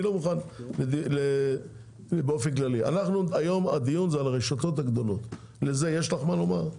לזה יש לך מה לומר?